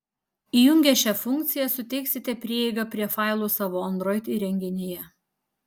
įjungę šią funkciją suteiksite prieigą prie failų savo android įrenginyje